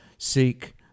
Seek